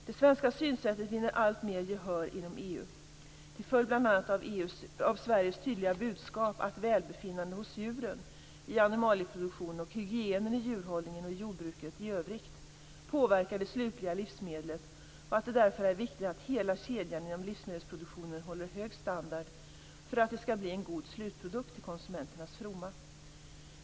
Det svenska synsättet vinner alltmer gehör inom EU till följd bl.a. av Sveriges tydliga budskap att välbefinnandet hos djuren i animalieproduktionen och hygienen i djurhållningen och i jordbruket i övrigt påverkar det slutliga livsmedlet och att det därför är viktigt att hela kedjan inom livsmedelsproduktionen håller hög standard för att det skall bli en god slutprodukt till konsumenternas fromma.